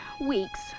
weeks